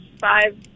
five